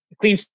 Clean